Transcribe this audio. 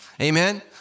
Amen